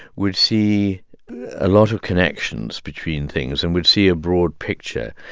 would see a lot of connections between things and would see a broad picture,